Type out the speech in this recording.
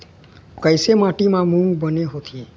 कइसे माटी म मूंग बने होथे?